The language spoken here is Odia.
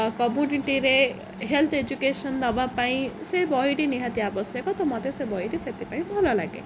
କମ୍ୟୁନଟିରେ ହେଲ୍ଥ ଏଜୁକେସନ ଦବା ପାଇଁ ସେ ବହିଟି ନିହାତି ଆବଶ୍ୟକ ତ ମୋତେ ସେ ବହିଟି ସେଥିପାଇଁ ଭଲ ଲାଗେ